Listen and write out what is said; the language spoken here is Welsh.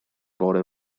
bore